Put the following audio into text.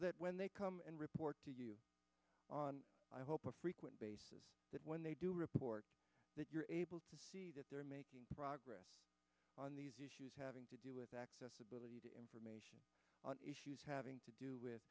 that when they come and report to you on i hope a frequent basis that when they do report that you're able to they're making progress on these issues having to do with accessibility to information on issues having to do with